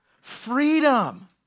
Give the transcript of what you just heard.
Freedom